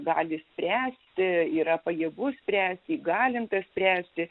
gali spręsti yra pajėgus spręsti įgalintas spręsti